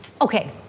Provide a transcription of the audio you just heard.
okay